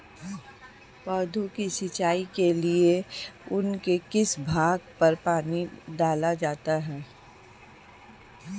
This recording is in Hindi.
पौधों की सिंचाई के लिए उनके किस भाग पर पानी डाला जाता है और क्यों?